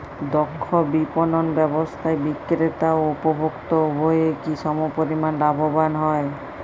দক্ষ বিপণন ব্যবস্থায় বিক্রেতা ও উপভোক্ত উভয়ই কি সমপরিমাণ লাভবান হয়?